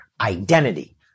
Identity